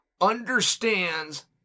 understands